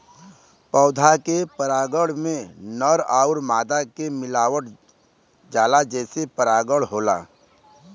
पौधा के परागण में नर आउर मादा के मिलावल जाला जेसे परागण होला